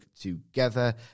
together